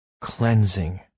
cleansing